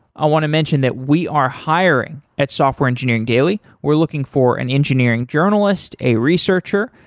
i want to mention that we are hiring at software engineering daily. we're looking for an engineering journalist, a researcher,